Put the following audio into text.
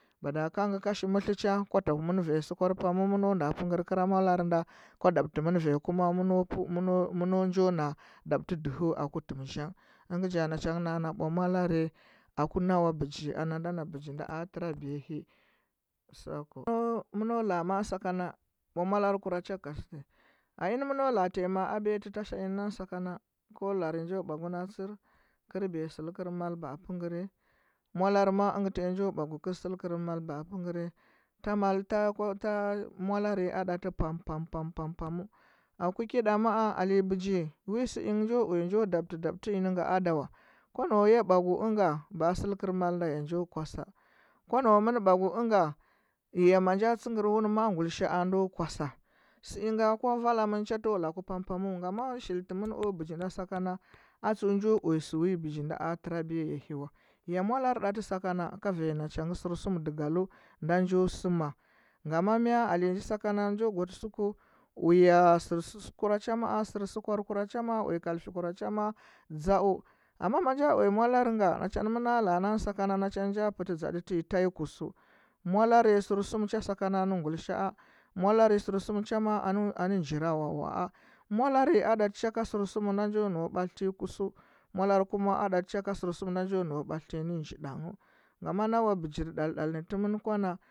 Mada nge ka nge kashi mɚtlɚ cha kwa ta ku mɚn ua sukwar pamu mɚn nda pɚkɚur kɚra molare nda kwa tabtɚ mɚu vanyi kuma kaɚna mɚno njo na dabtɚ dɚhɚ aku tɚm zangh na cha ngɚ naa na ɓwa molare aku nawa bɚgi ana ada na bɚgi nda tɚrabiya hɚ mɚno la. a ma. a sakana ɓwa molare kuracha a ɚnɚ mɚno la’a tai ma a biya tɚ tashi nɚ ko lare njo ɓwagu na chir kɚl biya sɚlikɚrɚ mal baa peukɚrɚ malarɚ ma. a ingɚ tai njo taku kɚl sɚlikɚl mal baa peu kar ta molare a ɗatɚ pam pam aku ki nda mu. a aluya bɚgi sɚ ingɚ njo uya njo dabte dabte ne inga ada wa ko nau ya ɓwa gu nga baa sɚlikɚr mal nda ya njo kwasu kwa nau mɚn ɓwa gu ɓiga ya ma nja wuna ma. a guilishaa ndo kwasa sɚ inga kwa valamin cha tewa laku pam pamu shɚlit mɚn o bɚgi na sakana a tseu njo uya shi wɚ bɚgi nda terabiya yahɚ way a molere ɗate sakana ko va na chage ser suma dagalu ndo njo sɚma ngama mɚ aley nji sakana njo gwatɚ suka uya sɚsum sukwar kura cha ma’a uya kalfi kura cha ma’a dzau amma ma nja uya mdare nga na cha nge ɚna la. a nan sakana na cha ne nja pɚti nja tɚ sakana ta nyi kusa olare sɚrsum cha sakana nɚ gudisha’a molare sɚrsu cha ma. a ne nji ra wawaa molare a ɗa tɚ cha ka sɚrsum nda njo naa ɓatate nyi kushu molare kuma a ɗa tɚ cha a sɚrsum nda njo nau mertiyi nɚ danghɚ